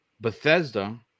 Bethesda